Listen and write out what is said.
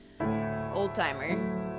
old-timer